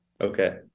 Okay